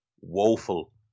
woeful